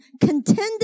contended